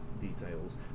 details